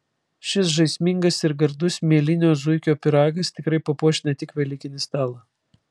šis žaismingas ir gardus mielinio zuikio pyragas tikrai papuoš ne tik velykinį stalą